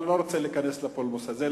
אבל אני לא רוצה להיכנס לפולמוס הזה,